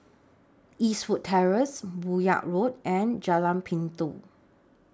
Eastwood Terrace Buyong Road and Jalan Pintau